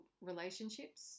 relationships